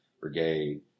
brigade